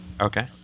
Okay